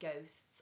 ghosts